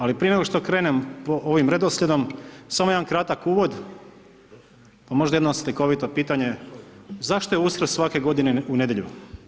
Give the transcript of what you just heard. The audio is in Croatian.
Ali prije nego što krenem ovim redoslijedom samo jedan kratak uvod pa možda jedno slikovito pitanje zašto je Uskrs svake godine u nedjelju?